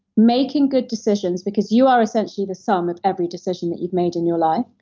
making good decisions because you are essentially the sum of every decision that you've made in your life.